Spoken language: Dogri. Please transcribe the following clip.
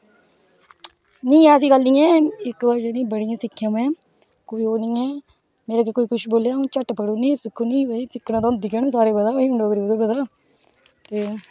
नेई ऐसी गल्ला नेई ऐ इक बड़ियां सिक्खेआ में कोई ओह् नेई ऐ मेरे अग्गे कोई कुछ वोले आंऊ झट पढी ओड़नी सिक्खी ओड़नी सिक्खना ते होंदी गै ना साढ़े कोला ते